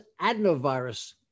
adenovirus